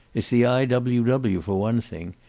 it's the i w w, for one thing.